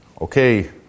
okay